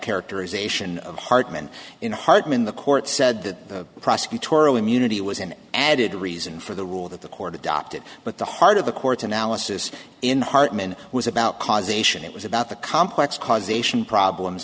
characterization of hartmann in hardeman the court said that prosecutorial immunity was an added reason for the rule that the court adopted but the heart of the court's analysis in hartmann was about causation it was about the complex causation problems